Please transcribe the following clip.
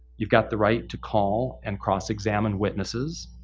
you've got the right to call and cross-examine witnesses.